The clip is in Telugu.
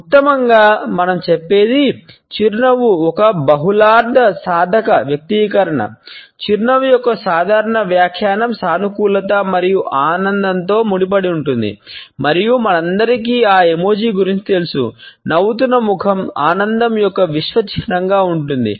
ఉత్తమంగా మనం చెప్పేది చిరునవ్వు ఒక బహుళార్ధసాధక వ్యక్తీకరణ గురించి తెలుసు నవ్వుతున్న ముఖం ఆనందం యొక్క విశ్వ చిహ్నంగా ఉంటుంది